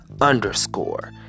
underscore